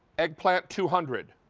eggplant two hundred,